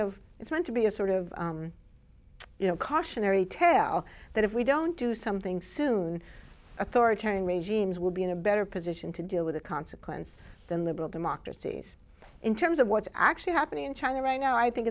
of it's meant to be a sort of you know cautionary tale that if we don't do something soon authoritarian regimes will be in a better position to deal with the consequence than liberal democracies in terms of what's actually happening in china right now i think